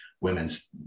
women's